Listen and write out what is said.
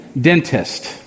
Dentist